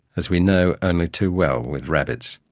as we know only too well with rabbits,